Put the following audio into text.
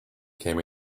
came